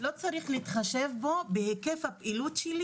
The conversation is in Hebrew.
לא צריך להתחשב בו בהיקף הפעילות שלי